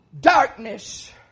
darkness